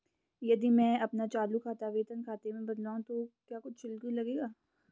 यदि मैं अपना चालू खाता वेतन खाते में बदलवाऊँ तो क्या कुछ शुल्क लगेगा?